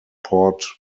port